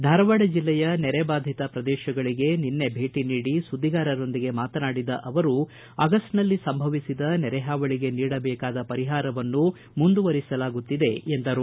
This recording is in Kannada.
ಧಾರವಾಡ ಜಿಲ್ಲೆಯ ನೆರೆ ಬಾಧಿತ ಪ್ರದೇಶಗಳಗೆ ನಿನೈ ಭೇಟ ನೀಡಿ ಸುದ್ಗಿಗಾರರೊಂದಿಗೆ ಮಾತನಾಡಿದ ಅವರು ಅಗಸ್ಟ್ನಲ್ಲಿ ಸಂಭವಿಸಿದ ನೆರೆಹಾವಳಿಗೆ ನೀಡಬೇಕಾದ ಪರಿಹಾರವನ್ನು ಮುಂದುವರೆಸಲಾಗುತ್ತಿದೆ ಎಂದರು